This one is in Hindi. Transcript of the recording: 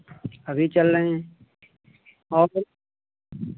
अभी चल रहे हैं